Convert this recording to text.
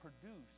produce